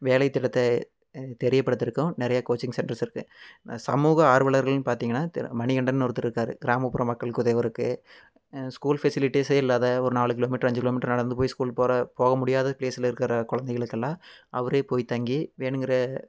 வேலைத்திட்டத்தை தெரியப்படுத்துறக்கும் நிறையா coaching centres இருக்கு இந்த சமூக ஆர்வலர்கள்னு பார்த்திங்கன்னா து மணிகண்டன்னு ஒருத்தர் இருக்கார் கிராமப்புறம் மக்கள்க்கு உதவுறக்கு ஸ்கூல் ஃபெசிலிட்டீஸே இல்லாத ஒரு நாலு கிலோ மீட்டர் அஞ்சு கிலோ மீட்டர் நடந்து போய் ஸ்கூல் போகற போக முடியாத ப்ளேஸில் இருக்கிற குழந்தைகளுக்கெல்லாம் அவரே போய் தங்கி வேணுங்கிற